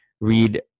read